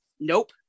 Nope